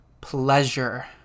pleasure